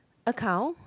account